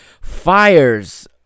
fires